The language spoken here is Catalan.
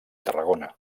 tarragona